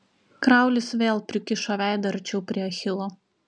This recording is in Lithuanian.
kraulis vėl prikišo veidą arčiau prie achilo